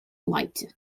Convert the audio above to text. leyte